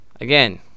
again